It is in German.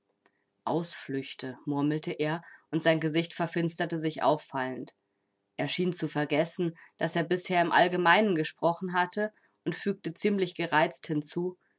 ausflüchte murmelte er und sein gesicht verfinsterte sich auffallend er schien zu vergessen daß er bisher im allgemeinen gesprochen hatte und fügte ziemlich gereizt hinzu